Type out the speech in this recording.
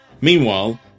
Meanwhile